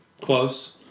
Close